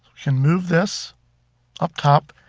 can move this up top,